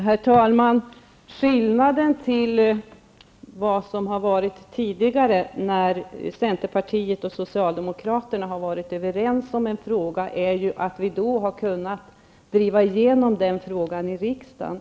Herr talman! När centern och socialdemokraterna tidigare har varit överens om en fråga har vi kunnat driva igenom den i riksdagen.